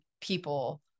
people